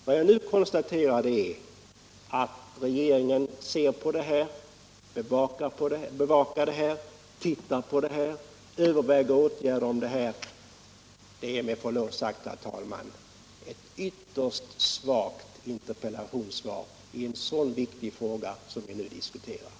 Vad jag nu konstaterar är att regeringen bevakar frågan och överväger åtgärder. Det är med förlov sagt, herr talman, ett ytterst svagt interpellationssvar i en så viktig fråga som den vi nu diskuterar.